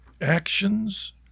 actions